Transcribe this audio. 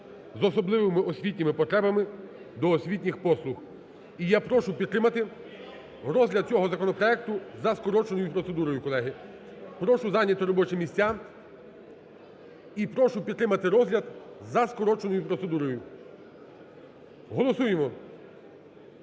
з особливими освітніми потребами до освітніх послуг. І я прошу підтримати розгляд цього законопроекту за скороченою процедурою, колеги. Прошу зайняти робочі місця і прошу підтримати розгляд за скороченою процедурою. Голосуємо.